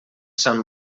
sant